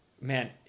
man